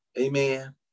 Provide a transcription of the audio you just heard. amen